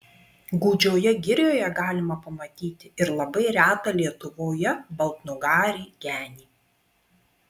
gūdžioje girioje galima pamatyti ir labai retą lietuvoje baltnugarį genį